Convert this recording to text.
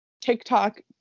TikTok